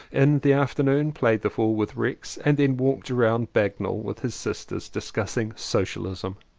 in the afternoon played the fool with rex and then walked round bagnell with his sisters, discussing socialism.